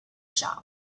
shop